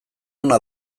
ona